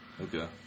Okay